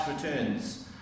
returns